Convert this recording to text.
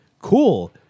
cool